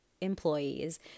employees